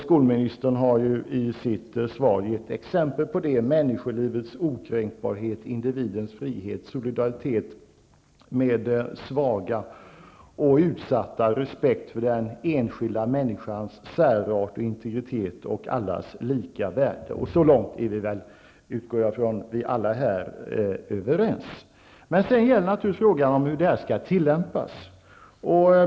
Skolministern gav följande exempel i sitt svar: Människolivets okränkbarhet, individens frihet, solidaritet med svaga och utsatta, respekt för den enskilda människans särart och integritet och allas lika värde. Jag utgår ifrån att vi alla här är överens så långt. Sedan gäller det frågan hur detta skall tillämpas.